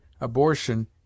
abortion